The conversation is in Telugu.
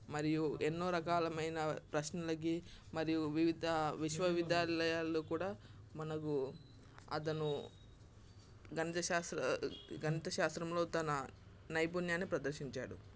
మరియు ఎన్నో రకాలమైన ప్రశ్నలకి మరియు వివిధ విశ్వవిద్యాలయాలు కూడా మనకు అతను గణిత శాస్త్ర గణిత శాస్త్రంలో తన నైపుణ్యాన్ని ప్రదర్శించాడు